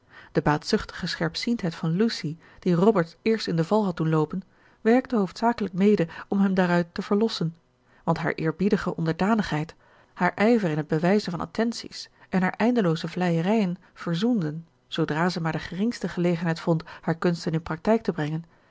de baatzuchtige scherpziendheid van lucy die robert eerst in de val had doen loopen werkte hoofdzakelijk mede om hem daaruit te verlossen want haar eerbiedige onderdanigheid haar ijver in het bewijzen van attenties en haar eindelooze vleierijen verzoenden zoodra zij maar de geringste gelegenheid vond haar kunsten in praktijk te brengen